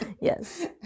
Yes